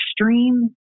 extreme